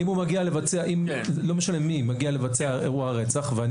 אם לא משנה מי מגיע לבצע אירוע רצח ואני